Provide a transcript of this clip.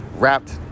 wrapped